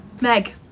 Meg